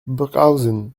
burghausen